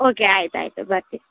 okay ಆಯ್ತು ಆಯಿತು ಬರ್ತಿನಿ